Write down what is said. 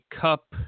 cup